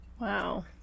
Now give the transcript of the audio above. Wow